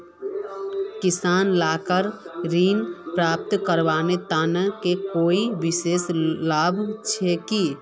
किसान लाक ऋण प्राप्त करवार तने कोई विशेष लाभ छे कि?